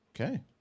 Okay